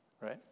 Right